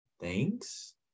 Thanks